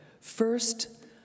First